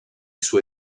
suoi